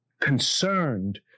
concerned